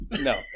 No